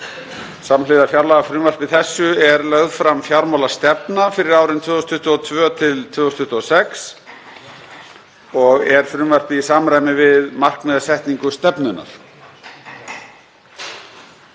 Samhliða fjárlagafrumvarpi þessu er lögð fram fjármálastefna fyrir árin 2022–2026 og er frumvarpið í samræmi við markmiðasetningu stefnunnar.